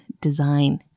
design